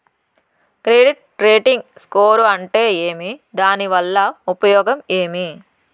Credit rating score అంటే ఏమి దాని వల్ల ఉపయోగం ఏమి?